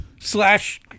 slash